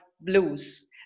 blues